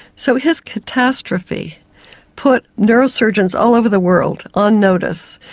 so his catastrophe put neurosurgeons all over the world on notice,